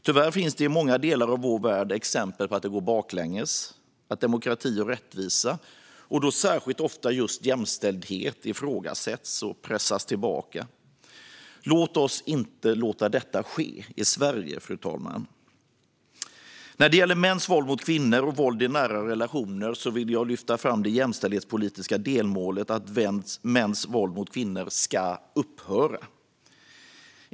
Tyvärr finns det i många delar av vår värld exempel på att det går baklänges och att demokrati och rättvisa, och då särskilt ofta just jämställdhet, ifrågasätts och pressas tillbaka. Låt oss inte låta detta ske i Sverige! När det gäller mäns våld mot kvinnor och våld i nära relationer vill jag lyfta fram det jämställdhetspolitiska delmålet att mäns våld mot kvinnor ska upphöra.